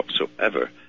whatsoever